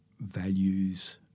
values